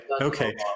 okay